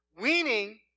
Weaning